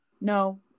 No